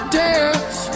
dance